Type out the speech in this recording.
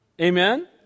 Amen